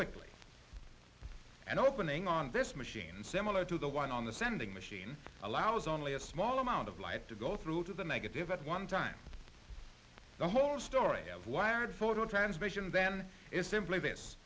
quickly and opening on this machine similar to the one on the sending machine allows only a small amount of light to go through to the negative at one time the whole story of wired photo transmission then is simply